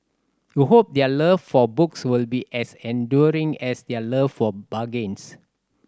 we hope their love for books will be as enduring as their love for bargains